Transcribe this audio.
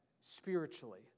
spiritually